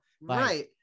right